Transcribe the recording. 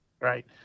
right